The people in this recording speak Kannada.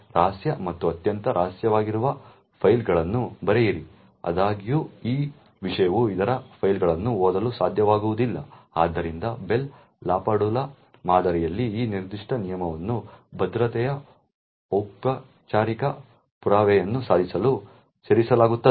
ರಹಸ್ಯ ಮತ್ತು ಅತ್ಯಂತ ರಹಸ್ಯವಾಗಿರುವ ಫೈಲ್ಗಳನ್ನು ಬರೆಯಿರಿ ಆದಾಗ್ಯೂ ಈ ವಿಷಯವು ಇತರ ಫೈಲ್ಗಳನ್ನು ಓದಲು ಸಾಧ್ಯವಾಗುವುದಿಲ್ಲ ಆದ್ದರಿಂದ ಬೆಲ್ ಲಾಪಾಡುಲಾ ಮಾದರಿಯಲ್ಲಿ ಈ ನಿರ್ದಿಷ್ಟ ನಿಯಮವನ್ನು ಭದ್ರತೆಯ ಔಪಚಾರಿಕ ಪುರಾವೆಯನ್ನು ಸಾಧಿಸಲು ಸೇರಿಸಲಾಗುತ್ತದೆ